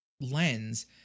lens